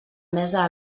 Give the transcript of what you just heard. mesa